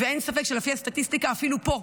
ואין ספק שלפי הסטטיסטיקה, אפילו פה,